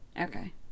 Okay